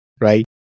right